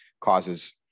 causes